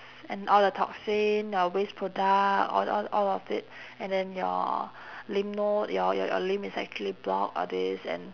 and all the toxin our waste product all all all of it and then your lymph node your your your lymph is actually block all these and